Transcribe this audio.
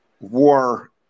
war